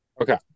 Okay